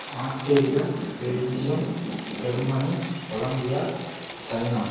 Australia Belgium Germany Colombia China